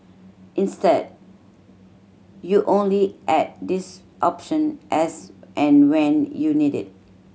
instead you only add this option as and when you need it